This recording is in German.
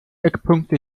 eckpunkte